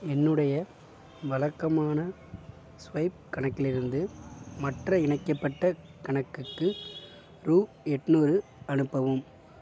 என்னுடைய வழக்கமான ஸ்வைப் கணக்கிலிருந்து மற்ற இணைக்கப்பட்ட கணக்குக்கு ரூ எட்நூறு அனுப்பவும்